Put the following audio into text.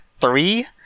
three